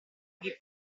chi